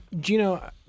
Gino